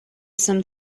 some